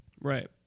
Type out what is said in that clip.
right